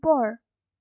ওপৰ